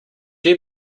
you